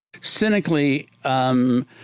cynically –